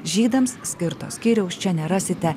žydams skirto skyriaus čia nerasite